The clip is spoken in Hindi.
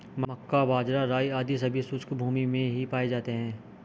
मक्का, बाजरा, राई आदि सभी शुष्क भूमी में ही पाए जाते हैं